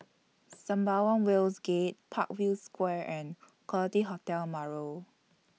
Sembawang Wharves Gate Parkview Square and Quality Hotel Marlow